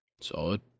Solid